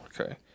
okay